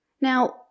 Now